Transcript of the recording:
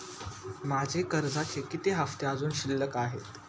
माझे कर्जाचे किती हफ्ते अजुन शिल्लक आहेत?